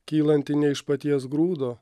kylanti ne iš paties grūdo